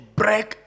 break